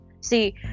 See